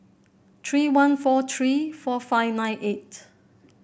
three one four three four five nine eight